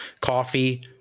coffee